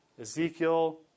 Ezekiel